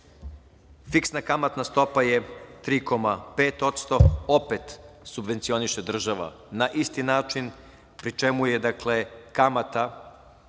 fiksna kamatna stopa je 3,5%, opet subvencioniše država na isti način, pri čemu je iznos